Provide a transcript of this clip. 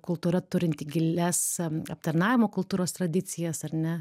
kultūra turinti gilias aptarnavimo kultūros tradicijas ar ne